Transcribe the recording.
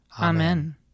Amen